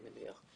אני מניח,